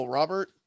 robert